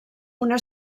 una